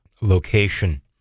location